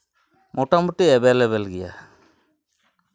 ᱢᱳᱴᱟᱢᱩᱴᱤ ᱮᱵᱮᱞᱮᱵᱮᱞ ᱜᱮᱭᱟ